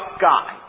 guy